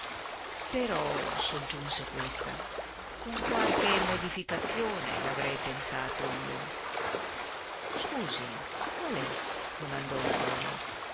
però soggiunse questa con qualche modificazione l'avrei pensato io scusi qual è domandò il colli